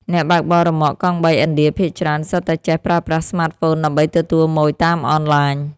អ្នកបើកបររ៉ឺម៉កកង់បីឥណ្ឌាភាគច្រើន សុទ្ធតែចេះប្រើប្រាស់ស្មាតហ្វូនដើម្បីទទួលម៉ូយតាមអនឡាញ។